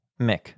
Mick